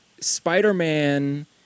Spider-Man